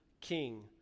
king